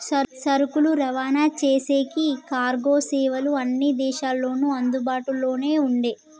సరుకులు రవాణా చేసేకి కార్గో సేవలు అన్ని దేశాల్లోనూ అందుబాటులోనే ఉండే